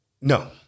No